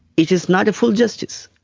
it is not a full justice.